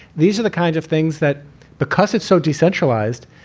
these are the kinds of things that because it's so decentralized,